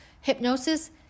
hypnosis